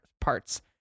parts